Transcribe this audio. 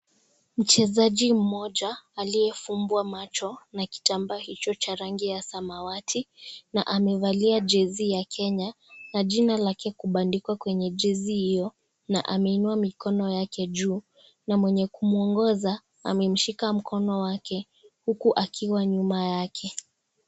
Mchezaji mmoja, aliyefumbwa macho na kitambaa hicho cha rangi ya samawati na amevalia jezi ya Kenya na jina lake kubandikwa kwenye jezi hiyo na ameinua mikono yake juu na mwenye kumwongoza amemshika, mkono wake huku akiwa nyuma yake.